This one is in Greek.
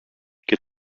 και